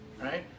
Right